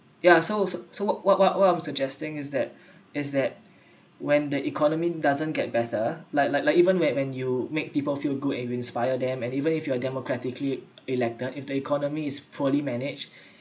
yeah so so so what what what I'm suggesting is that is that when the economy doesn't get better like like like even when when you make people feel good and you inspire them and even if you are democratically elected if the economy is poorly managed